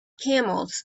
camels